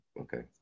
okay